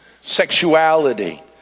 sexuality